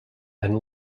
and